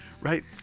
right